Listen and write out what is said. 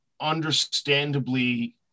understandably